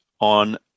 on